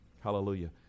Hallelujah